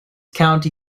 county